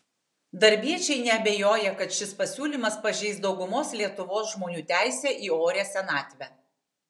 darbiečiai neabejoja kad šis pasiūlymas pažeis daugumos lietuvos žmonių teisę į orią senatvę